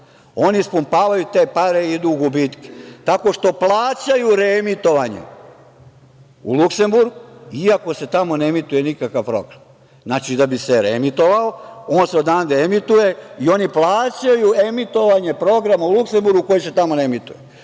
Oni ispumpavaju te pare i idu u gubitke, tako što plaćaju reemitovanje u Luksenburg, iako se tamo ne emituje nikakav program. Znači, da bi se reemitovao, on se odavde emituje i oni plaćaju emitovanje programa u Luksenburgu koji se tamo ne emituju.